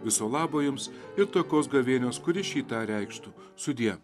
viso labo jums ir tokios gavėnios kuri šį tą reikštų sudie